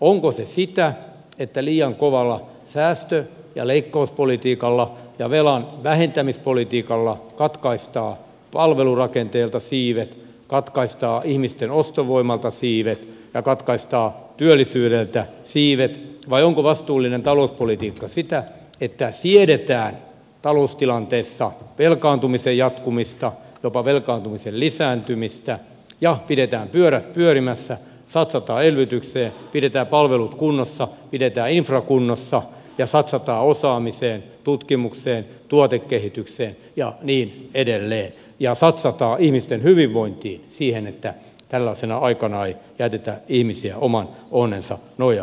onko se sitä että liian kovalla säästö ja leikkauspolitiikalla ja velanvähentämispolitiikalla katkaistaan palvelurakenteelta siivet katkaistaan ihmisten ostovoimalta siivet ja katkaistaan työllisyydeltä siivet vai onko vastuullinen talouspolitiikka sitä että siedetään taloustilanteessa velkaantumisen jatkumista jopa velkaantumisen lisääntymistä ja pidetään pyörät pyörimässä satsataan elvytykseen pidetään palvelut kunnossa pidetään infra kunnossa ja satsataan osaamiseen tutkimukseen tuotekehitykseen ja niin edelleen ja satsataan ihmisten hyvinvointiin siihen että tällaisena aikana ei jätetä ihmisiä oman onnensa nojaan